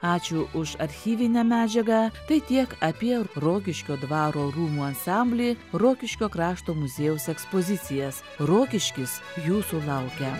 ačiū už archyvinę medžiagą tai tiek apie rokiškio dvaro rūmų ansamblį rokiškio krašto muziejaus ekspozicijas rokiškis jūsų laukia